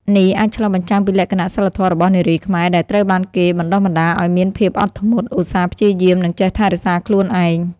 នេះអាចឆ្លុះបញ្ចាំងពីលក្ខណៈសីលធម៌របស់នារីខ្មែរ ដែលត្រូវបានគេបណ្ដុះបណ្ដាលឱ្យមានភាពអត់ធ្មត់ ឧស្សាហ៍ព្យាយាម និងចេះថែរក្សាខ្លួនឯង។